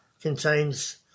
contains